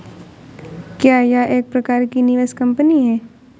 क्या यह एक प्रकार की निवेश कंपनी है?